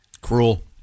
Cruel